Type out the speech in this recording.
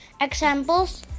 Examples